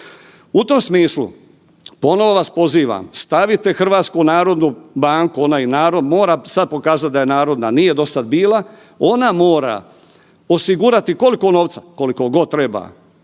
U tom smislu ponovo vas pozivam, stavite HNB, ona i narod, mora sad pokazat da je narodna, nije dosad bila. Ona mora osigurati koliko novca? Koliko god treba.